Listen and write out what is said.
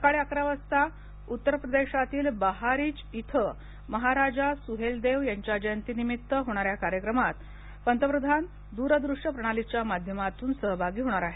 सकाळी अकरा वाजता उत्तर प्रदेशातील बाहरिच इथं महाराजा सुहेलदेव यांच्या जयंतीनिमित्त होणाऱ्या कार्यक्रमात पंतप्रधान दूर दृश्य प्रणालीच्या माध्यमातून सहभागी होणार आहेत